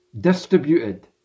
distributed